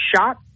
shot